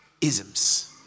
isms